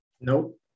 nope